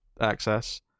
access